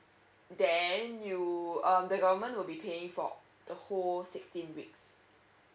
then you um the government will be paying for the whole sixteen weeks